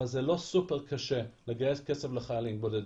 אבל זה לא סופר קשה לגייס כסף לחיילים בודדים.